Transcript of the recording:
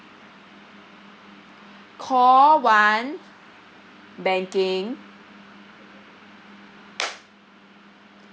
call one banking